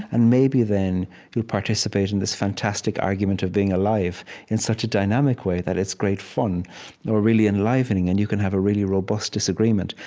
and maybe then you'll participate in this fantastic argument of being alive in such a dynamic way that it's great fun or really enlivening. and you can have a really robust disagreement.